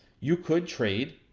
you could trade,